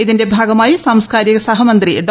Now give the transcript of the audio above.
ഇതിന്റെ ഭാഗമായി സാംസ്ക്കാരിക സഹമന്ത്രി ഡോ